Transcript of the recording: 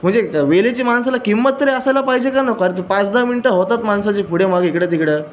म्हणजे वेळेची माणसाला किंमत तरी असायला पाहिजे का नको अरे तू पाच दहा मिनिटं होतात माणसाची पुढे मागे इकडं तिकडं